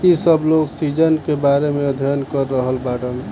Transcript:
इ सब लोग सीजन के बारे में अध्ययन कर रहल बाड़न